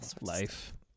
Life